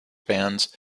bands